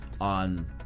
on